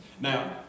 Now